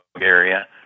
area